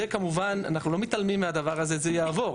כמובן, אנחנו לא מתעלמים מהדבר הזה, זה יעבור.